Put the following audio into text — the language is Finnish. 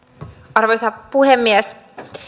arvoisa puhemies